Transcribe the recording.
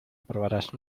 aprobarás